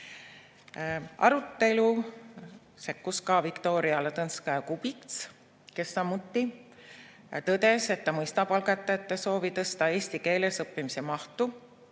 Arutellu sekkus Viktoria Ladõnskaja-Kubits, kes samuti tõdes, et ta mõistab algatajate soovi tõsta eesti keeles õppimise mahtu,